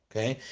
Okay